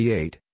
eight